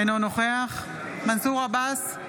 אינו נוכח מנסור עבאס,